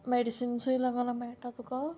मेडिसिन्सूय लागना मेळटा तुका